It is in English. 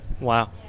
Wow